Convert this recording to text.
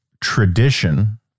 tradition